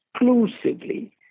exclusively